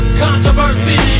controversy